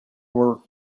were